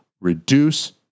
reduce